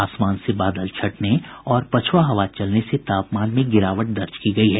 आसमान से बादल छंटने और पछुआ हवा चलने से तापमान में गिरावट दर्ज की गयी है